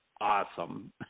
awesome